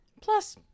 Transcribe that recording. Plus